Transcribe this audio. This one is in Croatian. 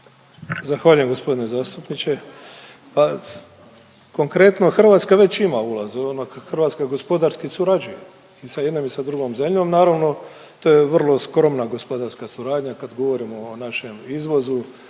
Zahvaljujem g. zastupniče. Pa konkretno Hrvatska već ima ulaz … Hrvatska gospodarski surađuje i sa jednom i sa drugom zemljom. Naravno to je vrlo skromna gospodarska suradnja kad govorimo o našem izvozu